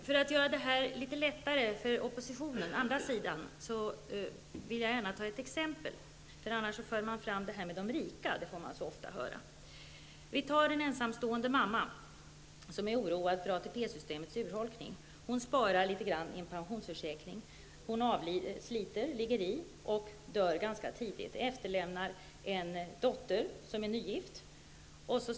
För att göra det här litet lättare för oppositionen -- dvs. den andra sidan -- vill jag ta upp ett exempel. Man får så ofta höra att det här rör bara de rika. systemets urholkning sparar i en pensionsförsäkring. Mamman sliter, ligger i och dör ganska tidigt och efterlämnar en nygift dotter.